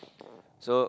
so